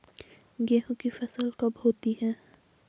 गेहूँ की फसल कब होती है?